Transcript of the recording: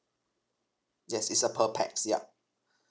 yes it's a per pax ya